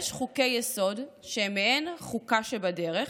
יש חוקי-יסוד שהם מעין חוקה שבדרך,